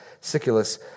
Siculus